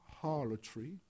harlotry